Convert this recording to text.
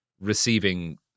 receiving